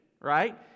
right